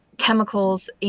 chemicals